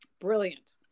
brilliant